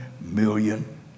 million